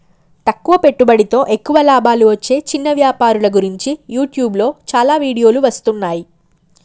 తక్కువ పెట్టుబడితో ఎక్కువ లాభాలు వచ్చే చిన్న వ్యాపారుల గురించి యూట్యూబ్లో చాలా వీడియోలు వస్తున్నాయి